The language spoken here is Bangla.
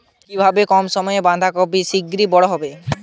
কিভাবে কম সময়ে বাঁধাকপি শিঘ্র বড় হবে?